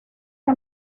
que